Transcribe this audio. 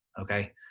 Okay